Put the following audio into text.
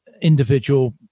individual